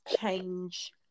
change